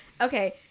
Okay